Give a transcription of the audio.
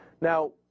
Now